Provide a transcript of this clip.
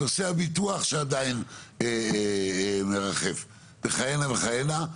נושא הביטוח שעדיין מרחף, וכהנה וכהנה.